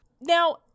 Now